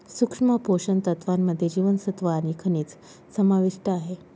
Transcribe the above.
सूक्ष्म पोषण तत्त्वांमध्ये जीवनसत्व आणि खनिजं समाविष्ट आहे